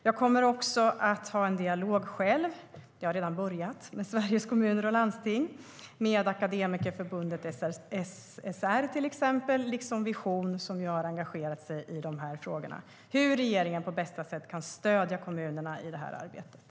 Jag kommer också själv att ha en dialog - jag har redan börjat - med Sveriges Kommuner och Landsting och till exempel Akademikerförbundet SSR och Vision, som ju har engagerat sig i de här frågorna, om hur regeringen på bästa sätt kan stödja kommunerna i det här arbetet.